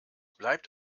bleibt